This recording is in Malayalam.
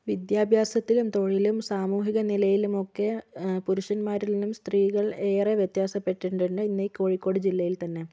വിദ്യാഭ്യാസത്തിലും തൊഴിലും സാമൂഹിക നിലയിലും ഒക്കെ പുരുഷന്മാരിൽ നിന്നും സ്ത്രീകൾ ഏറെ വ്യത്യാസ പെട്ടിട്ടുണ്ട് ഇന്ന് ഈ കോഴിക്കോട് ജില്ലയിൽ തന്നെ